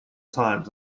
times